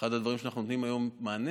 אחד הדברים שאנחנו נותנים לו היום מענה